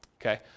okay